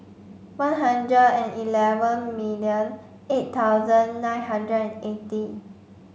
one hundred and eleven million eight thousand nine hundred and eighty